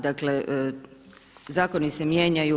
Dakle, zakoni se mijenjaju.